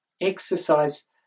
exercise